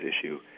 issue